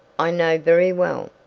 i know very well.